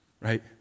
right